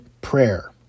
prayer